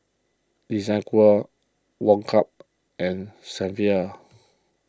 Desigual Woh Hup and Saint